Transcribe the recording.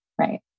Right